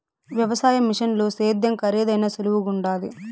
వ్యవసాయ మిషనుల సేద్యం కరీదైనా సులువుగుండాది